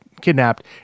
kidnapped